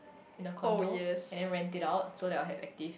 in a condo and then rent it out so that I'll have active